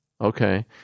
Okay